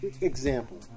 example